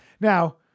Now